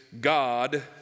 God